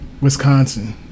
Wisconsin